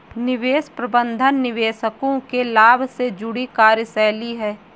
निवेश प्रबंधन निवेशकों के लाभ से जुड़ी कार्यशैली है